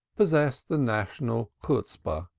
possessed the national chutzpah,